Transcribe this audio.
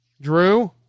Drew